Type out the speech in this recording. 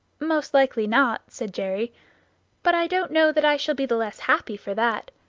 most likely not, said jerry but i don't know that i shall be the less happy for that.